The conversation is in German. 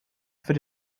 für